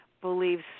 believes